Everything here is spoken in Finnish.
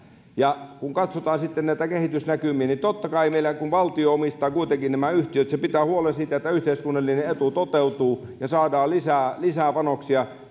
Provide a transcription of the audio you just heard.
kun katsotaan sitten näitä kehitysnäkymiä niin totta kai meillä kun valtio omistaa kuitenkin nämä yhtiöt se pitää huolen siitä että yhteiskunnallinen etu toteutuu ja saadaan lisää lisää panoksia